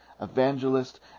evangelist